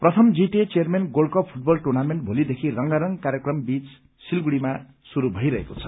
प्रथम GTA chairman gold cup football tournament भोलिदेखि रंगारंग कार्यक्रम बीच सिलगढीमा शुरू भइरहेको छ